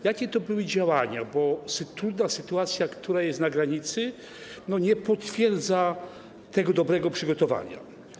Jakie to były działania, bo trudna sytuacja, która jest na granicy, nie potwierdza tego dobrego przygotowania?